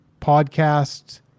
podcasts